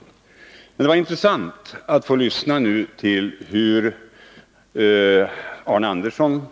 81 Det var intressant att få lyssna på hur Arne Andersson